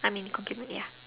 I mean completely ya